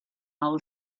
all